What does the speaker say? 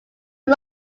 who